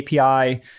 API